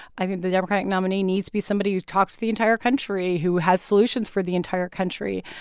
i mean, the democratic nominee needs be somebody who talks to the entire country, who has solutions for the entire country.